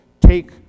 take